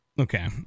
Okay